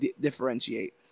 differentiate